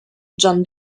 john